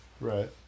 Right